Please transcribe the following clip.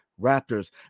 Raptors